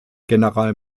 general